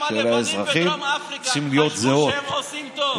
גם הלבנים בדרום אפריקה חשבו שהם עושים טוב.